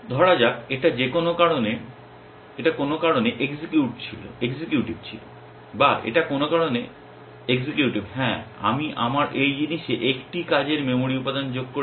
ধরা যাক এটা কোনো কারণে এক্সিকিউটিভ ছিল বা এটা কোনো কারণে এক্সিকিউটিভ হ্যাঁ আমি আমার এই জিনিসে 1টি কাজের মেমরি উপাদান যোগ করেছি